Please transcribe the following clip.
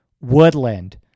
Woodland